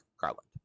Garland